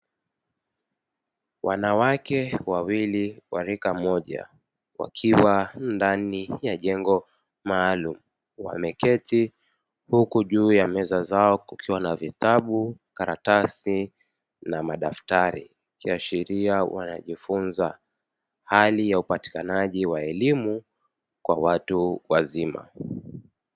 Wanawake wawili wa rika moja wakiwa ndani ya jengo maalumu wameketi huku juu ya meza zao kukiwa na vitabu, karatasi na madaftari ikiasiria wanajifunza. Hali ya upatikanaji wa elimu kwa watu wazima.